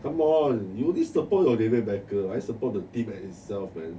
come on you only support your david beckham I support the team and itself man